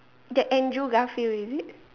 that Andrew-Garfield is it